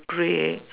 grey